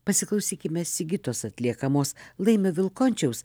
pasiklausykime sigitos atliekamos laimio vilkončiaus